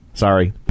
Sorry